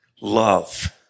Love